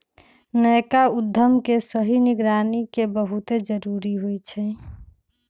नयका उद्यम के सही निगरानी के बहुते जरूरी होइ छइ